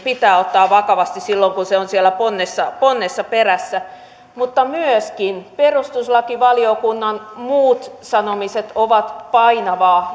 pitää ottaa vakavasti silloin kun se on siellä ponnessa ponnessa perässä mutta myöskin perustuslakivaliokunnan muut sanomiset ovat painavaa